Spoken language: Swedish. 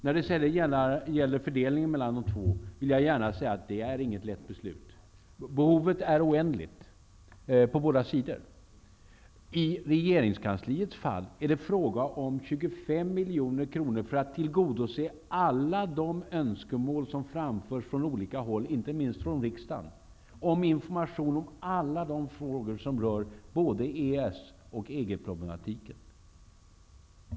När det gäller fördelningen mellan de två anslagen vill jag gärna säga att det inte är något lätt beslut. Behovet är oändligt på båda sidor. I regeringskansliets fall är det fråga om 25 miljoner kronor för att tillgodose alla de önskemål som framförs från olika håll, inte minst från riksdagen, om information om alla de frågor som rör både EES och EG-problematiken.